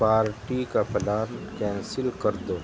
party کا plan cancel کر دو